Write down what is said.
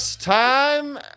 time